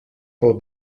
pel